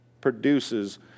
produces